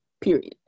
Period